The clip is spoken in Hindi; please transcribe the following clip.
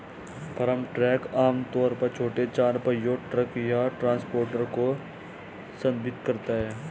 फार्म ट्रक आम तौर पर छोटे चार पहिया ट्रक या ट्रांसपोर्टर को संदर्भित करता है